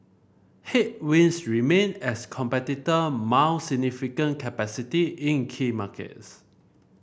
headwinds remain as competitor mount significant capacity in key markets